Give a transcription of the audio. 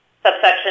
Subsection